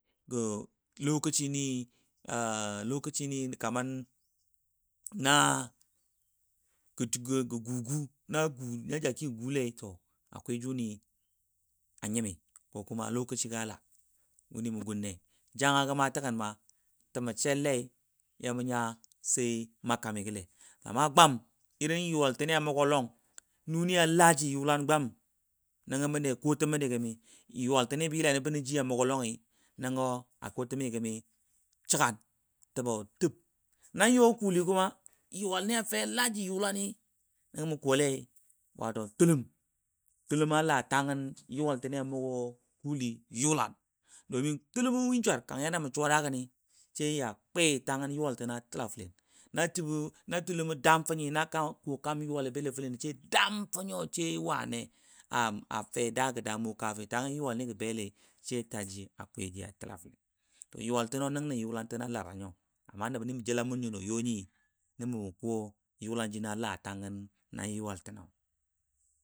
Go lokaci a lokaci kamar na gə gugu na jaki go gulai to akwai juni a nyimi ko kuma lokaci ga la wuni mu gunnei, janga gə ma ya mu nya ma kamami gə le yuwal təni a mugolɔn nuni a laji yulan gwami seganjabo təb nan yɔ kʊli kʊma juwa laji yulani tʊlʊm, tʊlʊ ma la tamgən yuwalɔ gwam domin tʊlʊmɔ win swar kamar yadda mə suwa dakə sai kwi tangənɔ pergwam. na tʊlʊ mɔ dam fə nyo na ko tangən yʊwa li sa shik a fe dago dammwo kkafin tangən yuwa lɔ gə begi akwi a təla fəlen yuwal təno nəngən nə yula no lara nyo yuwal ni no yoi mə kole ja la tangən yuwal tanɔ.